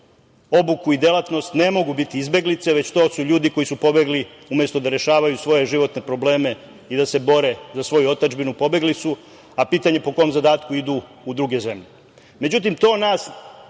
obuku i delatnost ne mogu biti izbeglice, već to su ljudi koji su pobegli umesto da rešavaju svoje životne probleme i da se bore za svoju otadžbinu pobegli su, a pitanje po kom zadatku idu u druge zemlje? Međutim, to nas